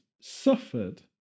suffered